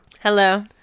Hello